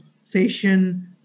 session